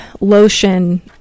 lotion